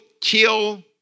kill